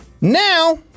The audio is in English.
now